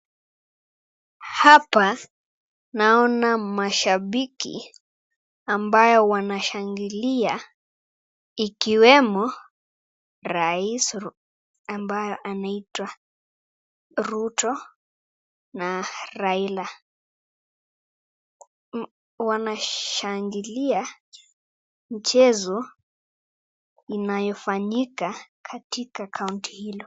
Hapa naona mashabiki ambayo wanashangilia ikiwemo rais ambaye anaitwa Rutto na Raila, wanashangilia mchezo inayofanyika katika kaunti hilo.